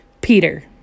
Peter